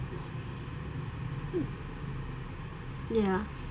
ya